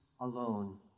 alone